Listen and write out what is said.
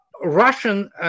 Russian